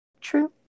True